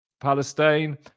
Palestine